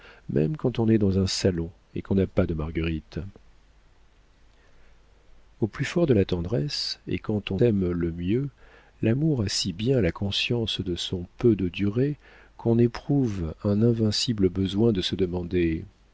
même quand on est dans un salon et qu'on n'a pas de marguerites au plus fort de la tendresse et quand on s'aime le mieux l'amour a si bien la conscience de son peu de durée qu'on éprouve un invincible besoin de se demander